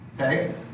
Okay